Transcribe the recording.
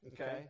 Okay